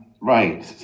Right